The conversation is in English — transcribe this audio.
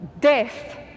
death